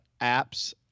apps